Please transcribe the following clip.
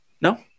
No